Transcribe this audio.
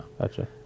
Gotcha